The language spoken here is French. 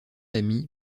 ami